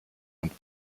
und